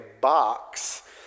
box